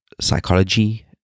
psychology